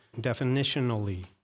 definitionally